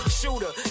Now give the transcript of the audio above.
shooter